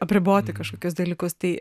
apriboti kažkokius dalykus tai